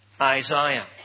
Isaiah